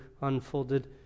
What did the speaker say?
unfolded